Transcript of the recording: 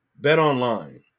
BetOnline